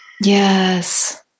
Yes